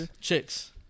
Chicks